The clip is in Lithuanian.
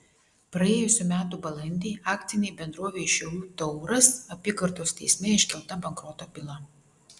praėjusių metų balandį akcinei bendrovei šiaulių tauras apygardos teisme iškelta bankroto byla